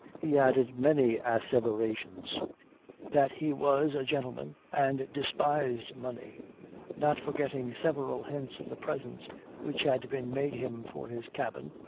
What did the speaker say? he added many asseverations that he was a gentleman, and despised money not forgetting several hints of the presents which had been made him for his cabin,